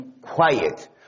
quiet